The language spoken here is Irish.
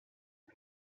dia